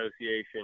Association